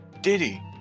Diddy